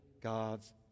God's